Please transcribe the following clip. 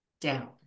down